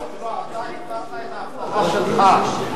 אבל אתה הפרת את ההבטחה שלך,